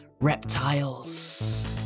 reptiles